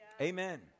Amen